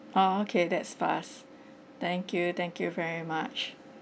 oh okay that's fast thank you thank you very much